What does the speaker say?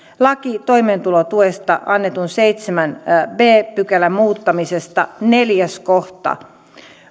laki toimeentulotuesta annetun lain seitsemännen b pykälän muuttamisesta neljäs kohta